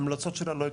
ההמלצות שלה לא התקבלו.